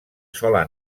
sola